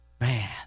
Man